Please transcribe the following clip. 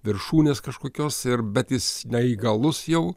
viršūnės kažkokios ir bet jis neįgalus jau